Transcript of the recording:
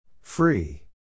Free